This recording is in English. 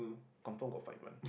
confirm got fight one